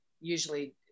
usually